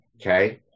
okay